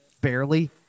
barely